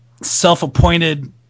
self-appointed